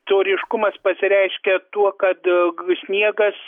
toriškumas pasireiškia tuo kad g sniegas